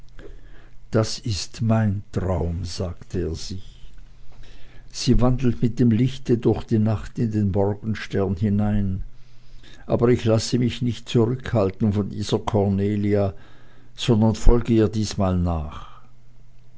das ist mein traum sagte er sich sie wandelt mit dem lichte durch die nacht in den morgenstern hinein aber ich lasse mich nicht zurückhalten von dieser cornelia sondern folge ihr diesmal nach